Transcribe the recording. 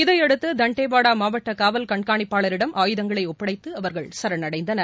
இதையடுத்து தண்டேவாடா மாவட்ட காவல் கண்கானிப்பாளரிடம் ஆயுதங்களை ஒப்படைத்து அவர்கள் சரணடைந்தனர்